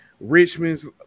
Richmond's